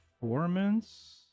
performance